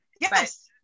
Yes